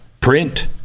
print